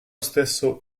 stesso